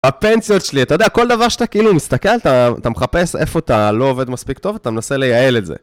הפנסיות שלי, אתה יודע, כל דבר שאתה מסתכל, אתה מחפש איפה אתה לא עובד מספיק טוב, אתה מנסה לייעל את זה.